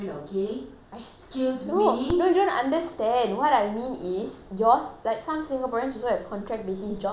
no you don't understand what I mean is yours like some singaporeans also have contract basis job right so yours is not a contract job